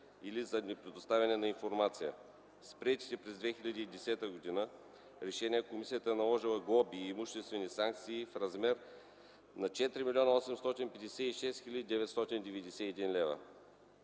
или за непредоставяне на информация. С приетите през 2010 г. решения комисията е наложила глоби и имуществени санкции в размер на 4 млн.